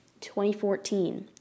2014